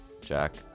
jack